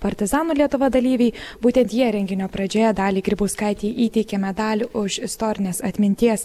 partizanų lietuva dalyviai būtent jie renginio pradžioje daliai grybauskaitei įteikė medalį už istorinės atminties